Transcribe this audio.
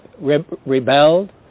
rebelled